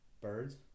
Birds